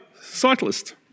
cyclist